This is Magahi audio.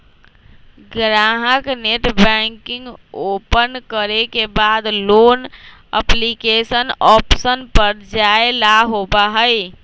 ग्राहक नेटबैंकिंग ओपन करे के बाद लोन एप्लीकेशन ऑप्शन पर जाय ला होबा हई